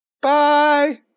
Bye